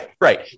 right